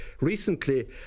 recently